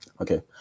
Okay